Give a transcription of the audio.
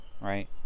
right